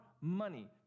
money